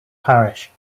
parish